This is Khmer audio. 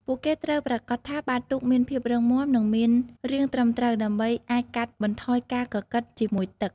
ពួកគេត្រូវប្រាកដថាបាតទូកមានភាពរឹងមាំនិងមានរាងត្រឹមត្រូវដើម្បីអាចកាត់បន្ថយការកកិតជាមួយទឹក។